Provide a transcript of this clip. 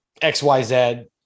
xyz